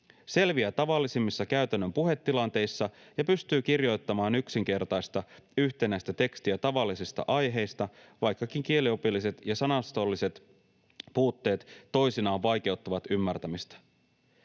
Selviää tavallisimmissa käytännön puhetilanteissa ja pystyy kirjoittamaan yksinkertaista yhtenäistä tekstiä tavallisista aiheista, vaikkakin kieliopilliset ja sanastolliset puutteet toisinaan vaikeuttavat ymmärtämistä.”